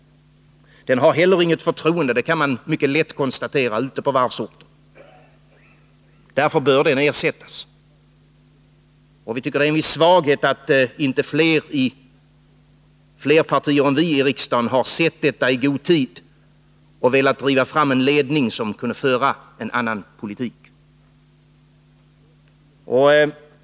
Den har, som sagt, heller inget förtroende — det kan man mycket lätt konstatera ute på varvsorterna. Därför bör den ersättas. Vi tycker att det är en viss svaghet att inte fler partier i riksdagen än vårt har sett detta i god tid och velat driva fram en ledning som kunde föra en annan politik.